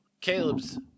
Caleb's